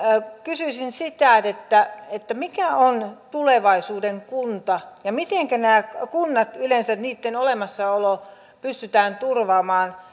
kysyisin sitä mikä on tulevaisuuden kunta ja mitenkä nämä kunnat yleensä niitten olemassaolo pystytään turvaamaan